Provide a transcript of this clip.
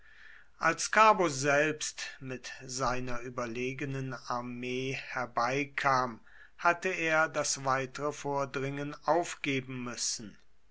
als carbo selbst mit seiner überlegenen armee herbeikam hatte er das weitere vordringen aufgeben müssen